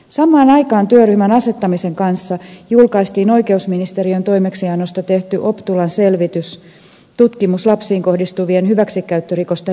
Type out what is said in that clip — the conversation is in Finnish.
samaan aikaan työryhmän asettamisen kanssa julkaistiin oikeusministeriön toimeksiannosta tehty optulan tutkimus lapsiin kohdistuvien hyväksikäyttörikosten rangaistuksista